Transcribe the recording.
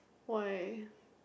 why